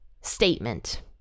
statement